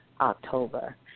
October